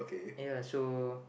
ya so